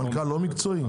והמנכ"ל לא מקצועי?